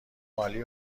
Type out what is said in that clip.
عالی